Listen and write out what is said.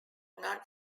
non